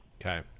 Okay